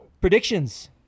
predictions